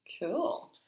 Cool